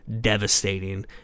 devastating